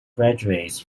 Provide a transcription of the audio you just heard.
graduates